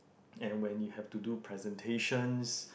and when you have to do presentations